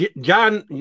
John